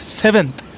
seventh